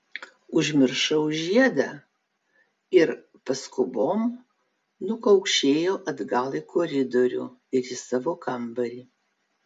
užmiršau žiedą ir paskubom nukaukšėjo atgal į koridorių ir į savo kambarį